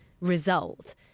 result